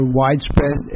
widespread